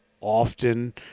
often